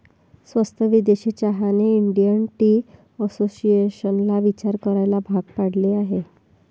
स्वस्त विदेशी चहाने इंडियन टी असोसिएशनला विचार करायला भाग पाडले आहे